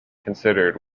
considered